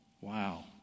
Wow